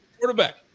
quarterback